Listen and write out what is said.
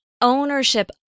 ownership